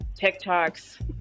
TikToks